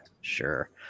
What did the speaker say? sure